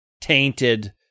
tainted